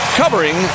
covering